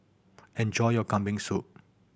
enjoy your Kambing Soup